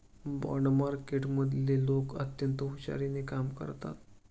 bond मार्केटमधले लोक अत्यंत हुशारीने कामं करतात